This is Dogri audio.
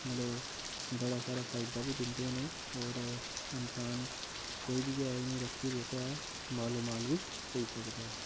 मतलब बड़ा सारा फायदा बी दिंदे न एह् होर इन्सान कोई बी ऐ इ'नेंगी रक्खी'र जेह्का ऐ मालो माल बी होई सकदा ऐ